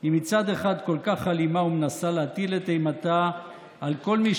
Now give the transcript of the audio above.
היא מצד אחד כל כך אלימה ומנסה להטיל את אימתה על כל מי